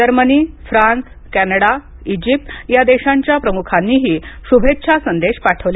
Germany France Canada Egypt या देशांच्या प्रमुखांनीही शुभेच्छा संदेश पाठवले